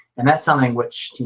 and that's something which,